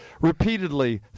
repeatedly